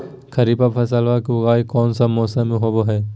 खरीफ फसलवा के उगाई कौन से मौसमा मे होवय है?